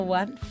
one